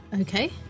okay